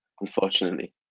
unfortunately